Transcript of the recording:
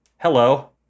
hello